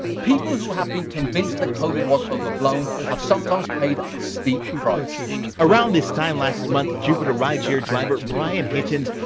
people who have been convinced that covid was overblown have sometimes paid a steep price. reporter around this time last month, jupiter rideshare driver, brian hitchens,